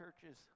churches